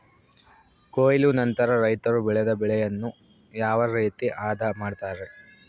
ಕೊಯ್ಲು ನಂತರ ರೈತರು ಬೆಳೆದ ಬೆಳೆಯನ್ನು ಯಾವ ರೇತಿ ಆದ ಮಾಡ್ತಾರೆ?